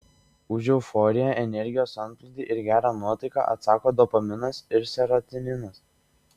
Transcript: už euforiją energijos antplūdį ir gerą nuotaiką atsako dopaminas ir serotoninas